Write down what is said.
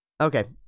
okay